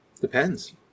Depends